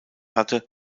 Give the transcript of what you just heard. hatte